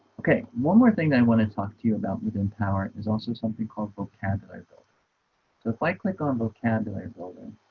ok, one more thing i want to talk to you about with empower is also something called vocabulary builder, so if i click on vocabulary building